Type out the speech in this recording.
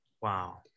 Wow